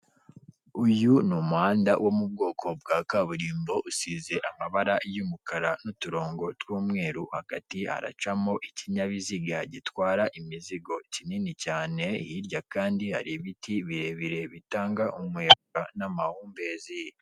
Uyu ni umuhanda wo mu bwoko bwa kaburimbo usize amabara y'umukara n'uturongo tw'umweru, hagati haracamo ikinyabiziga gitwara imizigo kinini cyane, hirya kandi hari ibiti birebire bitanga umuyaga n'amahumbezi.